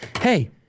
hey